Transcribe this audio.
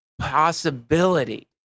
possibility